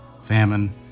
famine